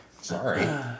Sorry